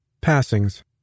Passings